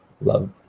Love